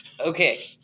Okay